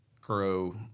grow